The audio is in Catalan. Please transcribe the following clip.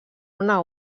una